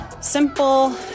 simple